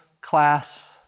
class